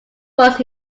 was